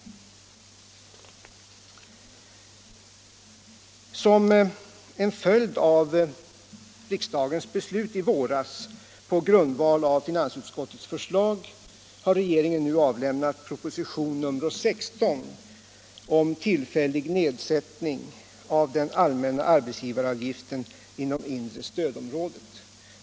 Som en följd av riksdagens beslut i våras på grundval av finansutskottets förslag har regeringen nu avlämnat proposition nr 16 om tillfällig nedsättning av den allmänna arbetsgivaravgiften inom det inre stödområdet.